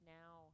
now